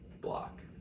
block